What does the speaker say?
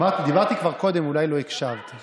דבר שהוא יבקש, הוא יקבל.